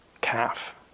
calf